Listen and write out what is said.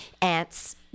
ants